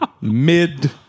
mid